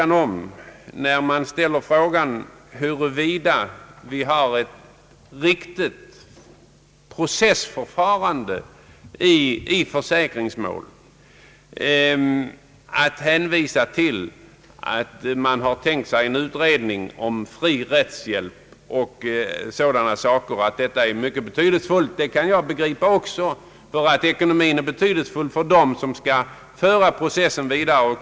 När jag ställt frågan huruvida vi har ett riktigt processförfarande i försäkringsmål, så är det väl att gå litet grand vid sidan om ifall man hänvisar till att man tänkt sig en utredning om fri rättshjälp och sådana saker. Att detta är mycket betydelsefullt begriper jag också, ty ekonomin är betydelsefull för dem som skall föra en process vidare.